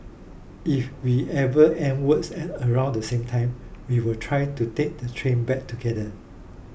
if we ever end work at around the same time we will try to take the train back together